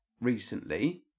recently